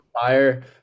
fire